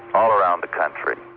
all around the country.